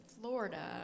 Florida